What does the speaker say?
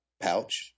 pouch